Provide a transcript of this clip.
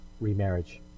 remarriage